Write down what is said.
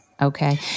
Okay